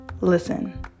Listen